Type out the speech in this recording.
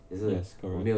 yes correct